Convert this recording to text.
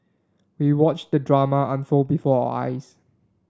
we watched the drama unfold before our eyes